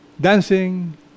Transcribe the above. dancing